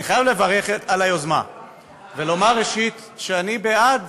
אני חייב לברך על היוזמה ולומר, ראשית, שאני בעד